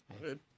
Good